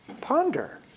ponder